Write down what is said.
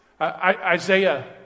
Isaiah